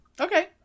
Okay